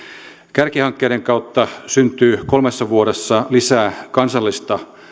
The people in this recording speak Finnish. kärkihankkeiden kautta syntyy kolmessa vuodessa lisää kansallista